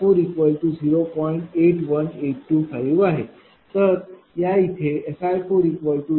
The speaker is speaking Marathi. जो नोड 4 चा व्होल्टेज स्टॅबिलिटी इंडेक्स आहे